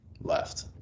left